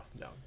no